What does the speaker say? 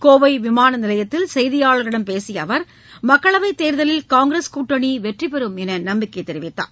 கோவை விமான நிலையத்தில் செய்தியாளர்களிடம் பேசிய அவர் மக்களவைத் தேர்தலில் காங்கிரஸ் கூட்டணி வெற்றி பெறும் என்று நம்பிக்கை தெரிவித்தார்